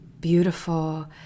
beautiful